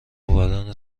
آوردن